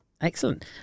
excellent